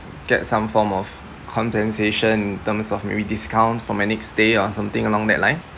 get some form of compensation in terms of maybe discount for my next stay or something along that line